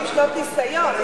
עם 30 שנות ניסיון.